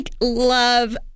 love